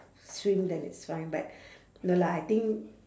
swim then it's fine but no lah I think